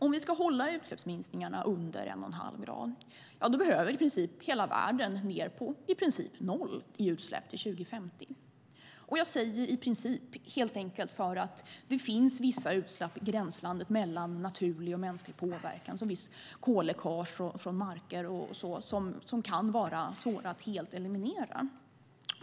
Om vi ska hålla utsläppsminskningarna under 1,5 grad behöver hela världen gå ned till i princip noll i utsläpp till år 2050. Jag säger "i princip" helt enkelt därför att det finns vissa utsläpp i gränslandet mellan naturlig och mänsklig påverkan. Det handlar om visst kolläckage från marker och så vidare som kan vara svåra att helt eliminera.